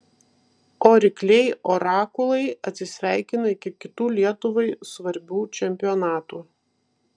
o rykliai orakulai atsisveikina iki kitų lietuvai svarbių čempionatų